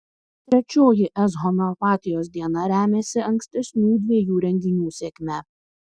trečioji es homeopatijos diena remiasi ankstesnių dviejų renginių sėkme